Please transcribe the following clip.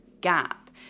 gap